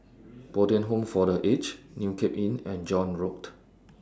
Bo Tien Home For The Aged New Cape Inn and John Road